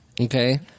Okay